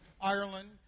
Ireland